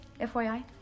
FYI